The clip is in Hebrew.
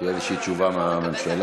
תהיה איזושהי תשובה מהממשלה.